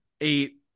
Eight